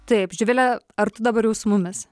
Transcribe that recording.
taip živile ar tu dabar jau su mumis